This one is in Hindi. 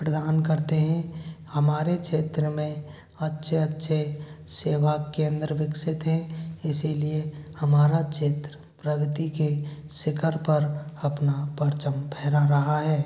प्रदान करते हैं हमारे क्षेत्र में अच्छे अच्छे सेवा केंद्र विकसित हें इसलिए हमारा क्षेत्र प्रगति के शिखर पर अपना परचम फहरा रहा है